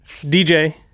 DJ